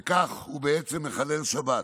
וכך הוא בעצם מחלל שבת.